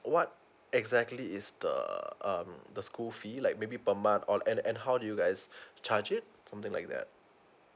what exactly is the uh um the school fee like maybe per month or and and how do you guys charge it something like that